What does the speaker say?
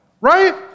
right